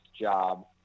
job